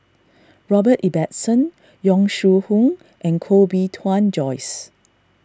Robert Ibbetson Yong Shu Hoong and Koh Bee Tuan Joyce